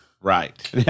right